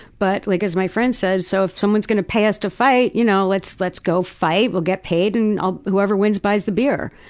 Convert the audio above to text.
but like as my friend says, so if someone's going to pay us to fight, you know, let's let's go fight, we'll get paid, and ah whoever wins buys the beer.